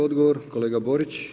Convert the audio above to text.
Odgovor kolega Borić.